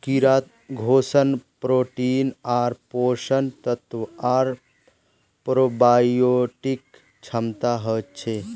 कीड़ात पोषण प्रोटीन आर पोषक तत्व आर प्रोबायोटिक क्षमता हछेक